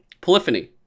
polyphony